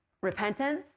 repentance